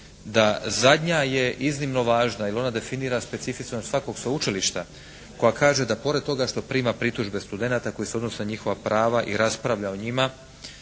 da zadnja je iznimno važna jer ona definira specifičnost svakog sveučilišta koja kaže da pored toga što prima pritužbe studenata koje se odnose na njihova prava i raspravlja o njima,